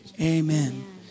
Amen